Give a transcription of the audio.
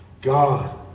God